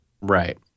Right